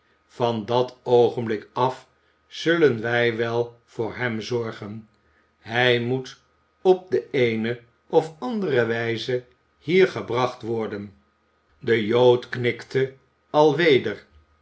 van dat oogenblik af zullen wij wel voor hem zorgen hij moet op de eene of andere wijze hier gebracht worden de jood knikte alweder